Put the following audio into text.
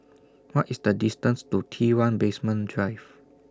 What IS The distance to T one Basement Drive